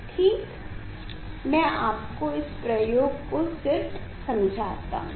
और मैं आपको इस प्रयोग को सिर्फ समझाता हूँ